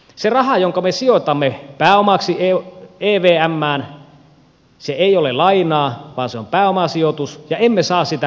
se raha jonka me sijoitamme pääomaksi evmään ei ole lainaa vaan se on pääomasijoitus ja emme saa sitä koskaan takaisin